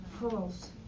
False